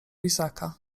izaaka